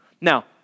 Now